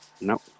no